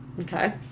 Okay